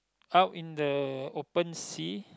out in the open sea